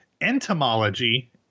entomology